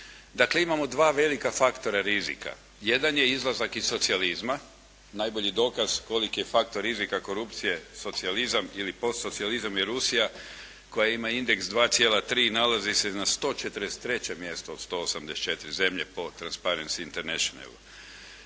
Dakle, imamo dva velika faktora rizika. Jedan je izlazak iz socijalizma. Najbolji dokaz koliki je faktor rizika korupcije socijalizam ili postsocijalizam je Rusija koja ima indeks 2,3, nalazi se na 143. mjestu od 184 zemlje po Transparency Internationalu.